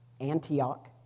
Antioch